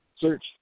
search